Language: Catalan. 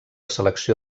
selecció